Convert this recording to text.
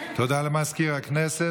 תודה למזכיר הכנסת.